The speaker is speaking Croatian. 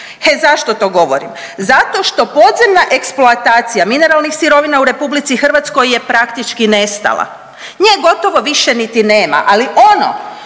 zašto to govorim? Zato što podzemna eksploatacija mineralnih sirovina u RH je praktički nestala. Nje gotovo više niti nema, ali ono